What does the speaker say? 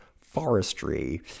forestry